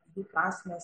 jų prasmės